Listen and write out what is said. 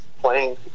playing